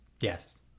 Yes